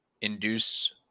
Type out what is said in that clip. induce